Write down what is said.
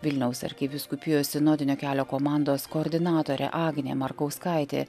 vilniaus arkivyskupijos sinodinio kelio komandos koordinatorė agnė markauskaitė